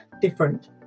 different